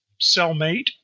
cellmate